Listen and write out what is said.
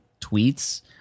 tweets